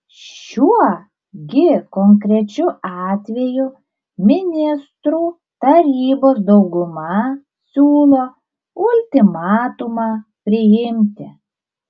šiuo gi konkrečiu atveju ministrų tarybos dauguma siūlo ultimatumą priimti